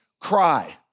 cry